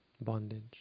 bondage